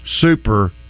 super